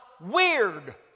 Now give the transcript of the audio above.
weird